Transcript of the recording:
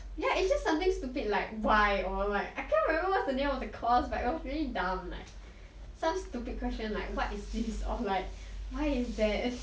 ya it's just something stupid like why I can't remember the name of the course but it was really dumb like some stupid question like what is this or like why is that